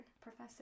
professor